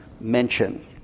mention